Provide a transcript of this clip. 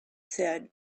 said